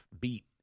beat